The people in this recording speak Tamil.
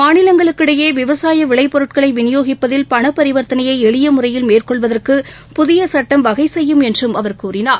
மாநிலங்களுக்கிடையேவிவசாயவிளைப்பொருட்கள் விநியோகிப்பதில் பணபரிவர்த்தனையைஎளியமுறையில் மேற்கொள்வதற்கு புதியசுட்டம் வகைசெய்யும் என்றும் அவர் கூறினார்